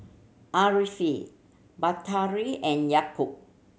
Ariff Batari and Yaakob